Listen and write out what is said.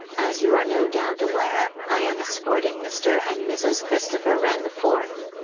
as you are no doubt aware, i am escorting mr. and mrs. christopher wren the fourth.